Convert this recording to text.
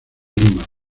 lima